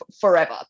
forever